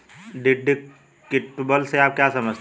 Deductible से आप क्या समझते हैं?